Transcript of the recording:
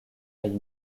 aille